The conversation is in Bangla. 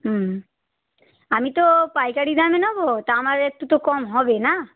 হুম আমি তো পাইকারি দামে নেব তা আমার একটু তো কম হবে না